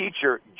teacher